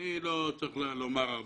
לא יכול להיות.